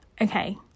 okay